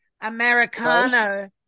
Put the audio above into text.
Americano